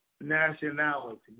nationality